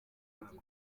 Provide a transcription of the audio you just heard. kandi